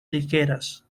ligeras